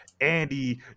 Andy